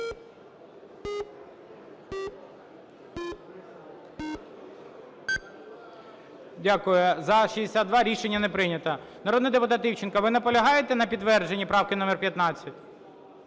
Дякую. За – 62. Рішення не прийнято. Народний депутат Івченко. Ви наполягаєте на підтвердженні правки номер 15?